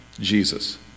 Jesus